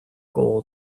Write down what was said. gold